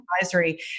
advisory